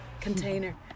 container